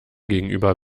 gegenüber